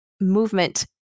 movement